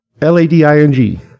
L-A-D-I-N-G